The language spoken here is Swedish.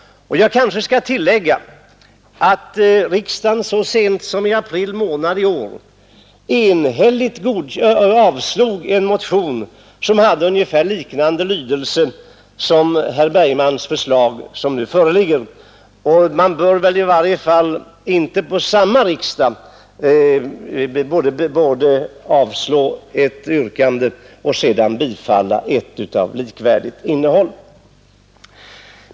Jag kanske skall tillägga att riksdagen så sent som i april månad i år enhälligt avslog en motion som hade ungefär samma lydelse som herr Bergmans nu föreliggande förslag. Samma riksdag bör väl i varje fall inte först avslå ett yrkande och sedan bifalla ett av likvärdigt innehåll.